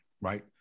right